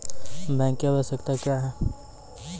Bank की आवश्यकता क्या हैं?